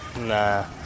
nah